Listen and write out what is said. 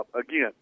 Again